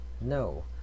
No